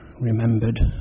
remembered